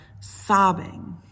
sobbing